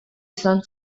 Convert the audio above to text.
izan